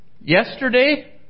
Yesterday